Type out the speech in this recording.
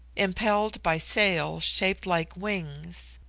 impelled by sails shaped like wings.